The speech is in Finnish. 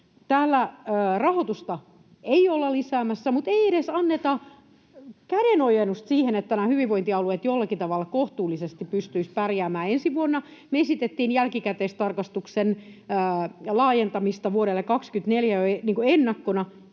Täällä rahoitusta ei olla lisäämässä, mutta ei edes anneta kädenojennusta siihen, että nämä hyvinvointialueet jollakin tavalla kohtuullisesti pystyisivät pärjäämään ensi vuonna. Me esitettiin jälkikäteistarkastuksen laajentamista vuodelle 24 ennakkona.